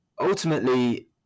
ultimately